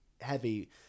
heavy